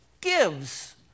gives